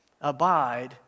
abide